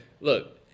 Look